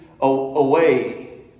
away